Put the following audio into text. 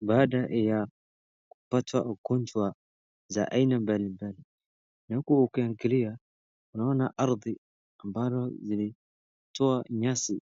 baada ya kupatwa na ugonjwa za aina mbalimbali. Na huku ukiangalia unaona ardhi ambalo zimetowa nyasi.